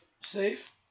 Safe